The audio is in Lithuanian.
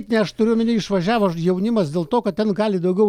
ne aš turiu omeny išvažiavo jaunimas dėl to kad ten gali daugiau